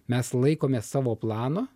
mes laikomės savo plano